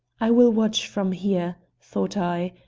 i will watch from here, thought i,